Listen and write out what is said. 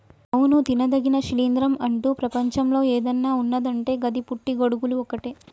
అవును తినదగిన శిలీంద్రం అంటు ప్రపంచంలో ఏదన్న ఉన్నదంటే గది పుట్టి గొడుగులు ఒక్కటే